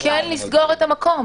כן לסגור את המקום.